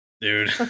Dude